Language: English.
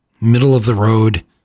middle-of-the-road